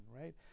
right